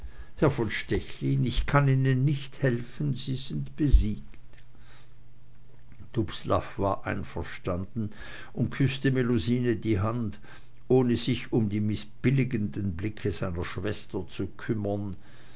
herr von stechlin ich kann ihnen nicht helfen sie sind besiegt dubslav war einverstanden und küßte melusine die hand ohne sich um die mißbilligenden blicke seiner schwester zu kümmern